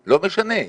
לא משנה,